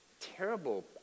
terrible